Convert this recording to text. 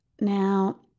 Now